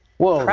well,